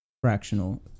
fractional